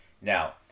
Now